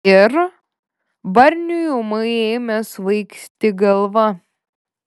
ir barniui ūmai ėmė svaigti galva